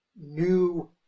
new